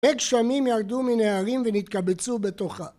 הרבה גשמים ירדו מין ההרים ונתקבצו בתוכה